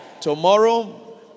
Tomorrow